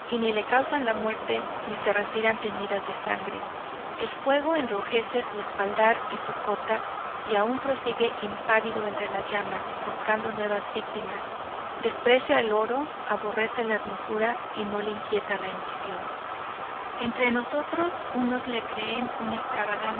ni le causan la muerte ni se retiran teñidas en sangre el fuego enrojece su espaldar y su cota y aún prosigue impávido entre las llamas buscando nuevas víctimas desprecia el oro aborrece la hermosura y no le inquieta la ambición entre nosotros unos le creen un